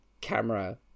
camera